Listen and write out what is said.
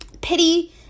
pity